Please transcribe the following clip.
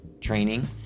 training